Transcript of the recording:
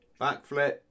backflip